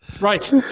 Right